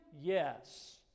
Yes